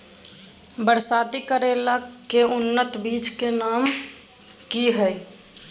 बरसाती करेला के उन्नत बिज के नाम की हैय?